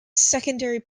secondary